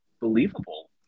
believable